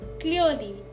Clearly